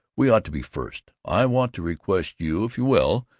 we ought to be first. i want to request you, if you will,